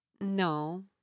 No